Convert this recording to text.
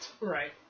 Right